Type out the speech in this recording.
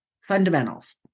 fundamentals